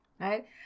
right